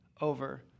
over